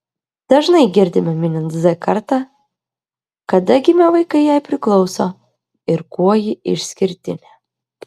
dažnai girdime minint z kartą kada gimę vaikai jai priklauso ir kuo ji išskirtinė